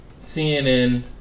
CNN